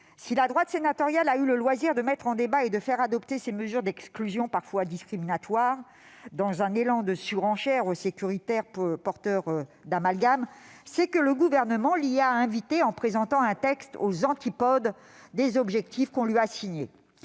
Si la droite sénatoriale a eu le loisir de mettre en débat et de faire adopter ses mesures d'exclusion parfois discriminatoires dans un élan de surenchère sécuritaire porteur d'amalgames, c'est que le Gouvernement l'y a invitée en présentant un texte aux antipodes des objectifs qui lui avaient